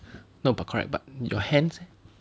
no but correct but your hands eh